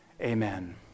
Amen